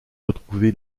retrouvé